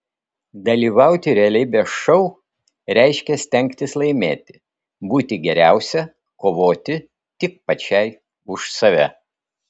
dalyvauti realybės šou reiškia stengtis laimėti būti geriausia kovoti tik pačiai už save